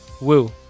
Woo